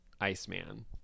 iceman